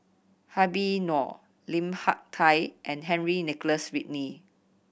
Habib Noh Lim Hak Tai and Henry Nicholas Ridley